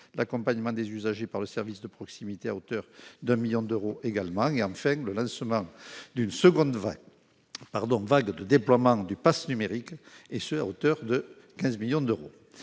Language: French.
l'accompagnement des usagers par le service de proximité, à hauteur d'un 1000000 d'euros également, en fait, le lancement d'une seconde vague pardon vague de déploiement du Pass numérique et ce à hauteur de 15 millions d'euros,